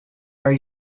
are